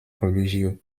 religieux